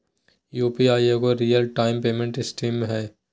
UPI एगो real time payment system हइ